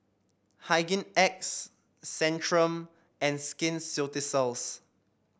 Hygin X Centrum and Skin Ceuticals